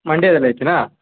ಮಂಡ್ಯದಲ್ಲಿ ಐತೆನಾ